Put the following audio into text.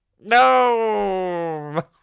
No